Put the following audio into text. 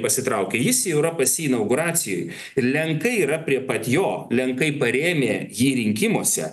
pasitraukė jis į europos į inauguracijoj lenkai yra prie pat jo lenkai parėmė jį rinkimuose